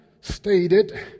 stated